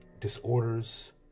disorders